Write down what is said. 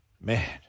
man